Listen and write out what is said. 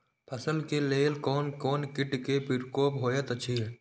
फसल के लेल कोन कोन किट के प्रकोप होयत अछि?